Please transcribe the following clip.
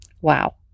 Wow